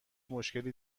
مشکلی